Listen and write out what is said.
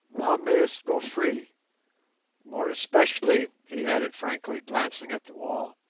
thou mayst go free more especially he added frankly, glancing at the wall,